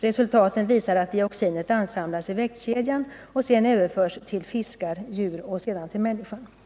Resultaten visade att dioxinet Om användningen Å 7 ansamlas i växtkedjan och sedan överförs till fiskar, djur och sedan till kämpningsmedel människan.